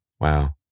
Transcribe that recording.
Wow